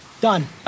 Done